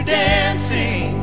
dancing